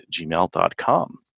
gmail.com